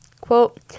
Quote